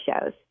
shows